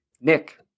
Nick